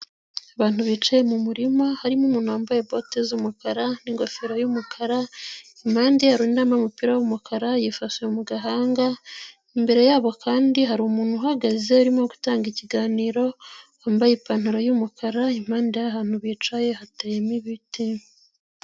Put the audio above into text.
Abantu bicaye mu murima, harimo umuntu wambaye bote z'umukara n'ingofero y'umukara, impande hari undi wambaye umupira w'umukara, yifashe mu gahanga, imbere yabo kandi hari umuntu uhagaze, urimo gutanga ikiganiro, wambaye ipantaro y'umukara, impande y'aha hantu bicaye hateyemo ibiti.